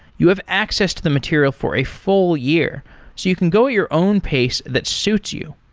you have accessed the material for a full year. so you can go at your own pace that suits you.